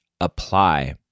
apply